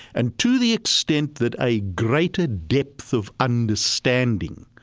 and to the extent that a greater depth of understanding,